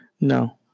No